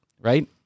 right